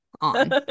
on